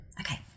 Okay